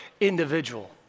individual